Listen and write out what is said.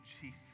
Jesus